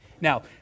Now